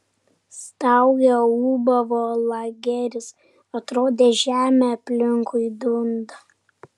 staugė ūbavo lageris atrodė žemė aplinkui dunda